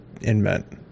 invent